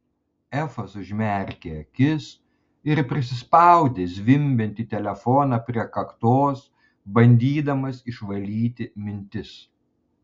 efas užmerkė akis ir prisispaudė zvimbiantį telefoną prie kaktos bandydamas išvalyti mintis